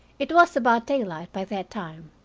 it was about daylight by that time.